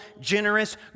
generous